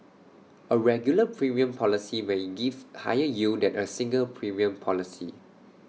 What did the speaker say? A regular premium policy may give higher yield than A single premium policy